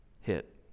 hit